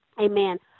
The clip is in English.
amen